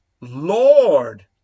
Lord